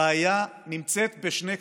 הבעיה נמצאת בשני קצוות: